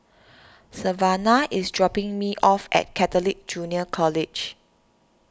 Savanah is dropping me off at Catholic Junior College